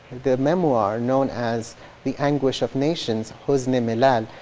the memoir known as the anguish of nations, huzn-i milal,